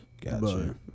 gotcha